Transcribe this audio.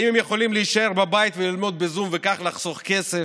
האם הם יכולים להישאר בבית וללמוד בזום וכך לחסוך כסף?